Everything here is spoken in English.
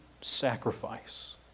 sacrifice